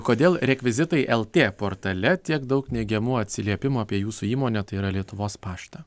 kodėl rekvizitai lt portale tiek daug neigiamų atsiliepimų apie jūsų įmonę tai yra lietuvos paštą